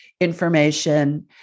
information